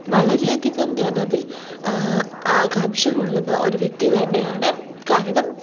വളരെയധികം ഞാൻ അതിൽ ആകാംഷകൊള്ളുന്ന ഒരു വ്യക്തി തന്നെയാണ് കാരണം